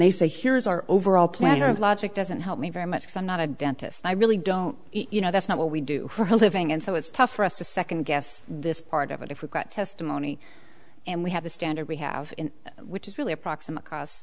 they say here's our overall plan or logic doesn't help me very much i'm not a dentist i really don't you know that's not what we do for a living and so it's tough for us to second guess this part of it if we got testimony and we have the standard we have which is really approximate cost